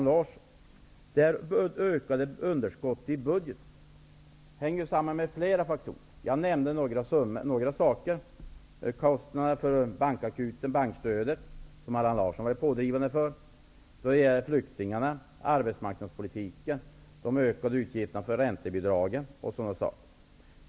Det ökade underskottet i budgeten, Allan Larsson, hänger samman med flera faktorer. Jag nämnde några exempel: kostnaderna för bankakuten, bankstödet -- Allan Larsson har varit pådrivande i denna fråga --, flyktingarna, arbetsmarknadspolitiken, de ökade utgifterna för räntebidragen m.m.